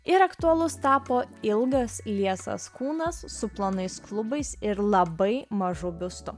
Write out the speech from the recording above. ir aktualus tapo ilgas liesas kūnas su plonais klubais ir labai mažų biusto